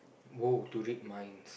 !woah! to read minds